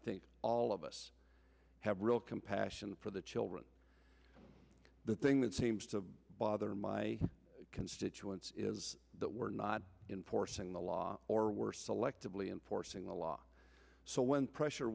think all of us have real compassion for the children the thing that seems to bother my constituents is that we're not in forcing the law or we're selectively enforcing the law so when pressure